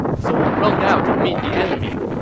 so he rode out to meet the enemy.